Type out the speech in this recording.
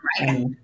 right